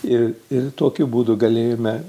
ir ir tokiu būdu galėjome